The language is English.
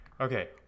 Okay